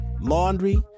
laundry